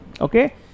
okay